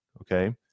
okay